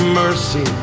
mercy